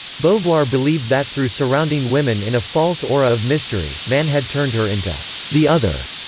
beauvoir believed that through surrounding women in a false aura of mystery, man had turned her into the other.